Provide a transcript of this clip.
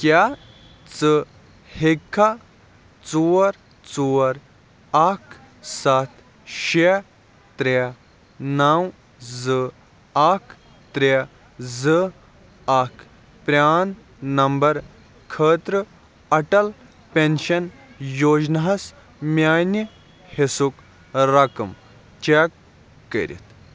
کیٛاہ ژٕ ہیٚکِکھا ژور ژور اَکھ سَتھ شےٚ ترٛےٚ نَو زٕ اَکھ ترٛےٚ زٕ اَکھ پرٛان نَمبَر خٲطرٕ اَٹَل پٮ۪نشَن یوجناہَس میٛانہِ حِصُک رَقٕم چیک کٔرِتھ